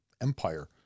empire